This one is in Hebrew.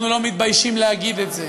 אנחנו לא מתביישים להגיד את זה.